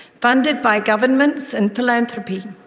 funded by governments and philanthropy.